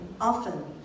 often